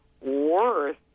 worth